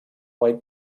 white